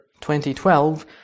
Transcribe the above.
2012